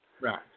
Right